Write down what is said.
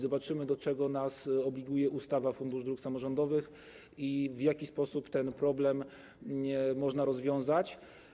Zobaczymy, do czego nas obliguje ustawa o Funduszu Dróg Samorządowych i w jaki sposób ten problem można rozwiązać.